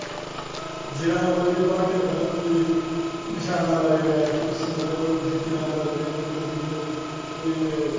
जेह्ड़ा मतलव कि बांटे मतलव कि नशाना लाई लै ते उसी जित्ती लैंदा अगले बांटे फ्ही ओह् ते